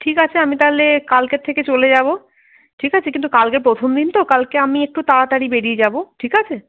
ঠিক আছে আমি তাহলে কালকের থেকে চলে যাব ঠিক আছে কিন্তু কালকে প্রথম দিন তো কালকে আমি একটু তাড়াতাড়ি বেরিয়ে যাব ঠিক আছে